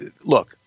look